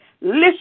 Listen